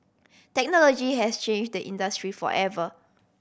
technology has changed the industry forever